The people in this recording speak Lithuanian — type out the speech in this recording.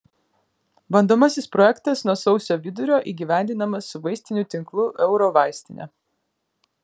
bandomasis projektas nuo sausio vidurio įgyvendinamas su vaistinių tinklu eurovaistinė